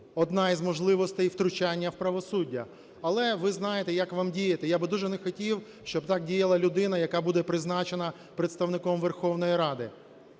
одна із можливостей втручання в правосуддя. Але ви знаєте, як вам діяти. Я би дуже не хотів, щоб так діяла людина, яка буде призначена представником Верховної Ради.